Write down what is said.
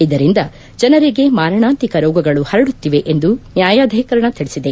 ಇದರಿಂದ ಜನರಿಗೆ ಮಾರಣಾಂತಿಕ ರೋಗಗಳು ಹರಡುತ್ತಿವೆ ಎಂದು ನ್ಯಾಯಾಧೀಕರಣ ತಿಳಿಸಿದೆ